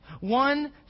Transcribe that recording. One